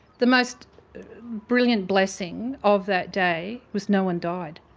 the most brilliant blessing of that day was no one died.